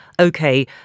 okay